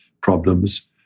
problems